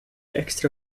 extra